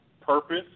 purpose